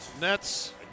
Nets